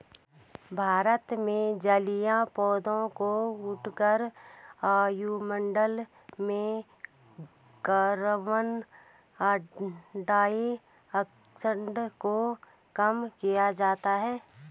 भारत में जलीय पौधों को उठाकर वायुमंडल में कार्बन डाइऑक्साइड को कम किया जाता है